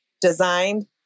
designed